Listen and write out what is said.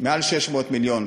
מעל 600 מיליון,